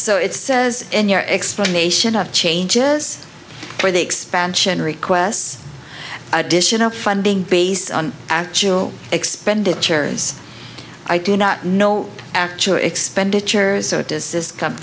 so it says in your explanation of changes for the expansion requests additional funding based on actual expenditures i do not know actually expenditures so does this come